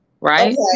right